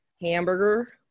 hamburger